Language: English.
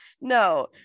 no